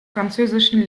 französischen